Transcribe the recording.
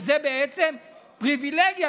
שזה בעצם פריבילגיה,